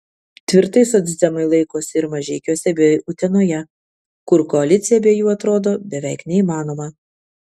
tvirtai socdemai laikosi ir mažeikiuose bei utenoje kur koalicija be jų atrodo beveik neįmanoma